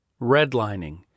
Redlining